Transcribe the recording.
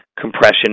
compression